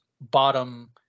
bottom